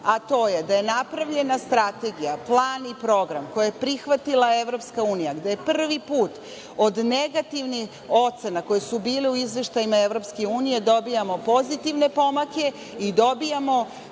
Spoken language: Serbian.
a to je da je napravljena strategija, plan i program koje je prihvatila EU, gde je prvi put od negativnih ocena koje su bile u izveštajima EU, dobijamo pozitivne pomake i dobijamo